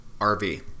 RV